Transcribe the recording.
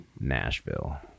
Nashville